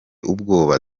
ubwoba